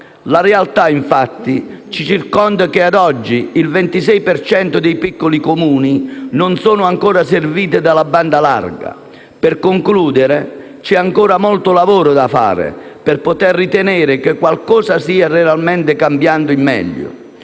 La realtà, infatti, ci ricorda che ad oggi il 26 per cento dei piccoli Comuni non sono ancora serviti dalla banda larga. Per concludere, c'è ancora molto lavoro da fare per poter ritenere che qualcosa stia realmente cambiando in meglio.